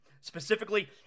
specifically